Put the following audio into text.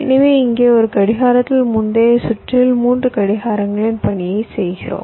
எனவே இங்கே ஒரு கடிகாரத்தில் முந்தைய சுற்றில் 3 கடிகாரங்களின் பணியைச் செய்கிறோம்